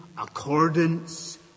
accordance